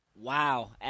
Wow